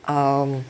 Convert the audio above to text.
um